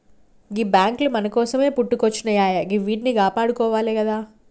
గీ బాంకులు మన కోసమే పుట్టుకొచ్జినయాయె గివ్విట్నీ కాపాడుకోవాలె గదా